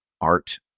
art